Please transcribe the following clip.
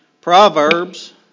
Proverbs